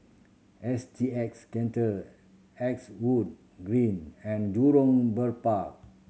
S G X Centre X wood Green and Jurong Bird Park